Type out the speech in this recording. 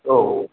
औ